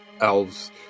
elves